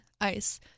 ice